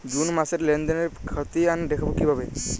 June মাসের লেনদেনের খতিয়ান দেখবো কিভাবে?